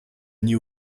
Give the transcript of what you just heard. new